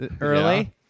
early